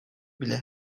bile